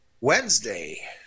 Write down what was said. Wednesday